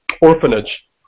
orphanage